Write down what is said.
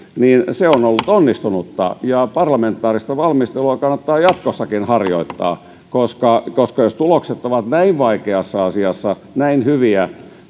on ollut onnistunutta ja parlamentaarista valmistelua kannattaa jatkossakin harjoittaa koska koska jos tulokset ovat näin vaikeassa asiassa näin hyviä